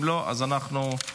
אם לא, אז אנחנו,